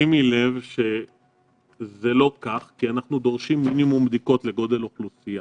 שימי לב שזה לא כך כי אנחנו דורשים מינימום בדיקות לגודל אוכלוסייה.